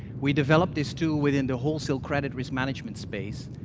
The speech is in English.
we developed this, too, within the wholesale credit risk management space,